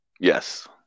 Yes